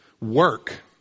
Work